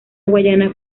guayana